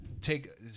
take